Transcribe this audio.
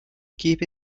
keep